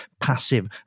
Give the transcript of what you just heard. passive